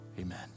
Amen